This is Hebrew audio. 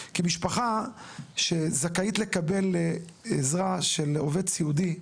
כי משפחה שזכאית לקבל עזרה של עובד סיעודי,